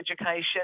education